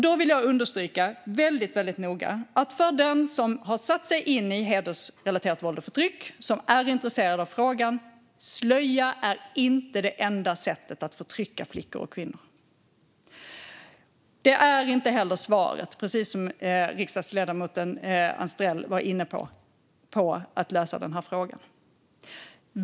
Då vill jag väldigt noga understryka, för den som har satt sig in i hedersrelaterat våld och förtryck och som är intresserad av frågan: Slöja är inte det enda sättet att förtrycka flickor och kvinnor. Precis som riksdagsledamoten Anstrell var inne på är det inte heller svaret när det gäller att lösa den här frågan.